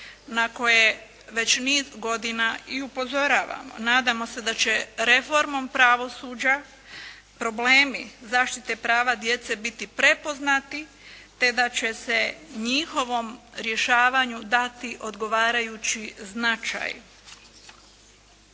na koje već niz godina i upozoravamo. Nadamo se da će reformom pravosuđa problemi zaštite prava djece biti prepoznati te da će se njihovom rješavanju dati odgovarajući značaj.